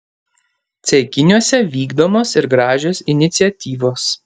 ceikiniuose vykdomos ir gražios iniciatyvos